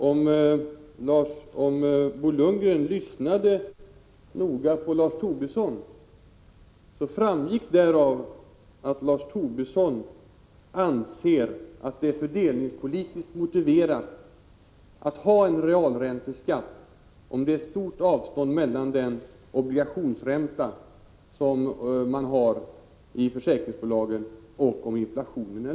Lyssnade Bo Lundgren noga på Lars Tobisson borde han ha märkt att det framgick av hans anförande att Lars Tobisson anser att det är fördelningspolitiskt motiverat att ha en realränteskatt, om det är stort avstånd mellan den förräntning som försäkringsbolagen har och inflationen.